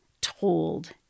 told